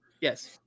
yes